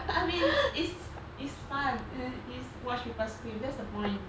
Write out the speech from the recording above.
I mean it's it's fun it is watch people scream that's the point